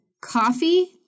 coffee